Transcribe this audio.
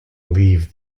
leave